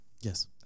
Yes